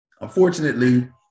Unfortunately